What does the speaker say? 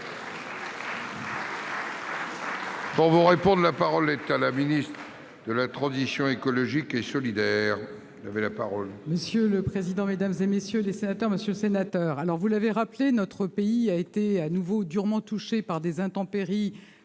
aujourd'hui ? La parole est à Mme la ministre de la transition écologique et solidaire. Monsieur le président, mesdames, messieurs les sénateurs, monsieur le sénateur, vous l'avez rappelé, notre pays a été de nouveau durement touché par des intempéries